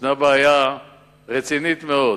ישנה בעיה רצינית מאוד,